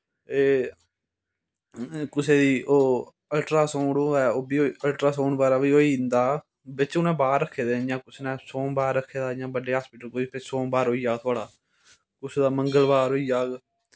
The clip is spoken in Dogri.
ते कुसेई ओ अल्टरासाउंड ऐ ओह्बी अल्टरासाउंड बगैरा बी होई जंदा बिच्च उनें बार रक्खे दे जियां कुसे नै सोमबार रक्खे दा इयां बड्डे हस्पिटल कोई सोमबार होईया थुआढ़ा कुसै दी मंगल बार होई जाग